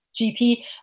GP